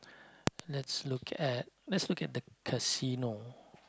let's look at let's look at the casino